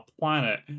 planet